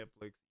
Netflix